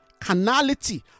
Canality